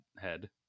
head